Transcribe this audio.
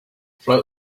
float